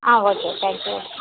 ah okay thank you